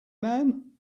man